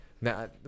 Now